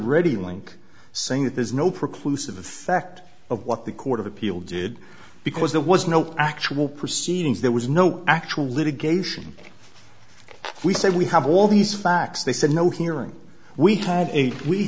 ready link saying that there's no precludes of effect of what the court of appeal did because there was no actual proceedings there was no actual litigation we say we have all these facts they said no hearings we ha